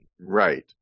right